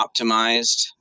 optimized